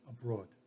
abroad